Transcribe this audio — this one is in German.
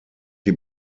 die